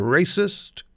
racist